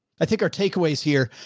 i think our takeaways here,